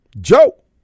Joe